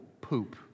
poop